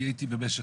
אני הייתי במשך,